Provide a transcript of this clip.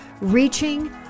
Reaching